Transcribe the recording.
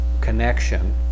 connection